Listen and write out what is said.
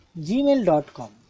gmail.com